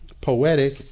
poetic